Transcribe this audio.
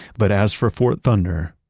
but as for fort thunder,